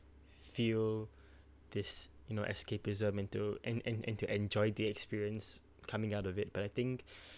feel this you know escapism into and and and to enjoy the experience coming out of it but I think